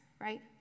right